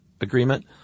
Agreement